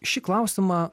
šį klausimą